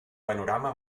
panorama